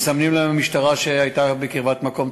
מסמנת להם המשטרה שהייתה בקרבת מקום,